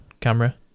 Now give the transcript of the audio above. camera